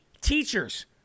teachers